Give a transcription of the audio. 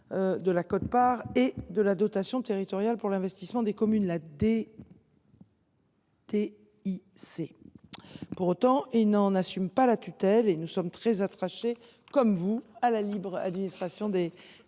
de la quote part et de la dotation territoriale pour l’investissement des communes, la DTIC. Pour autant, il n’en assume pas la tutelle ; nous sommes très attachés, comme vous, à la libre administration des